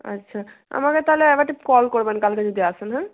আচ্ছা আমাকে তাহলে একবারটি কল করবেন কালকে যদি আসেন হ্যাঁ